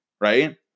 right